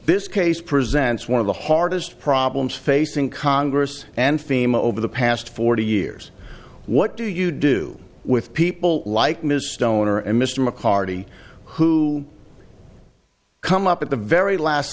this case presents one of the hardest problems facing congress and fema over the past forty years what do you do with people like ms stoner and mr mccarty who come up at the very last